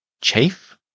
chafe